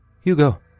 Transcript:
Hugo